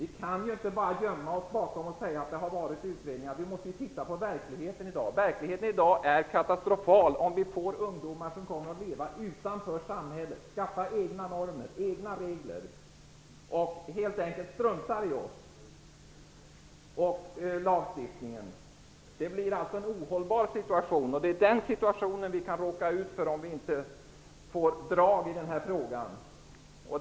Vi kan inte bara gömma oss bakom utredningar, utan vi måste se på den verklighet som är i dag. Verkligheten kommer att bli katastrofal om vi får ungdomar som kommer att leva utanför samhället, som skaffar egna normer och regler och helt enkelt struntar i lagstiftningen. Vi kan råka ut för en ohållbar situation om vi inte får drag i den här frågan.